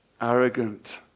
arrogant